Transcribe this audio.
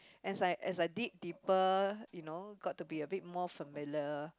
as I as I dig deeper you know got to be a bit more familiar